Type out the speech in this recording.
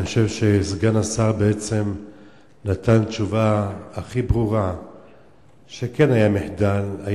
אני חושב שסגן השר נתן בעצם תשובה הכי ברורה שכן היה מחדל.